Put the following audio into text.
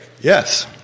Yes